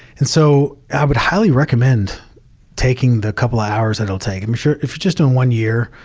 and so i would highly recommend taking the couple hours it'll take i'm sure if you're just in one year,